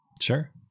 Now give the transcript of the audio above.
Sure